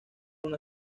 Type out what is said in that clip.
una